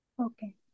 Okay